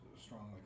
strongly